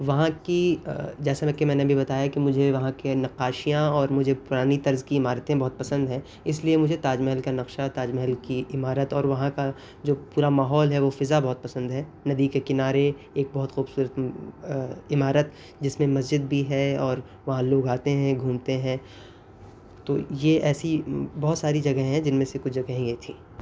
وہاں کی جیسا کہ میں نے ابھی بتایا کہ مجھے وہاں کے نقاشیاں اور مجھے پرانی طرز کی عمارتیں بہت پسند ہیں اس لیے مجھے تاج محل کا نقشہ تاج محل کی عمارت اور وہاں کا جو پورا ماحول ہے وہ فضا بہت پسند ہے ندی کے کنارے ایک بہت خوبصورت عمارت جس میں مسجد بھی ہے اور وہاں لوگ آتے ہیں گھومتے ہیں تو یہ ایسی بہت ساری جگہیں ہیں جن میں سے کچھ جگہیں یہ تھیں